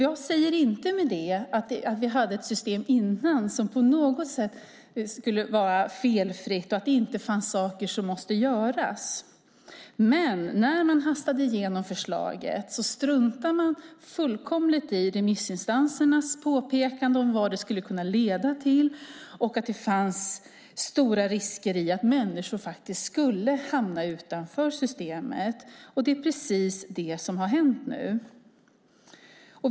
Jag säger att inte att vi tidigare hade ett system som på något sätt var felfritt och att det inte fanns saker som måste göras. Men när man hastade igenom förslag struntade man fullkomligt i remissinstansernas påpekanden om vad det skulle kunna leda till och att det fanns stora risker att människor faktiskt skulle hamna utanför systemet, och det är precis det som har hänt nu.